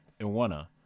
Iwana